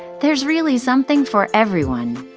there's really something for everyone!